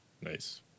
Nice